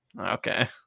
Okay